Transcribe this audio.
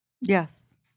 Yes